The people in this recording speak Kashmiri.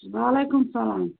وعلیکُم سلام